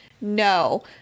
No